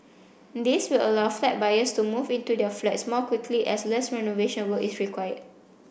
this will allow flat buyers to move into their flats more quickly as less renovation work is required